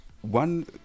one